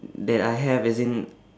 that I have as in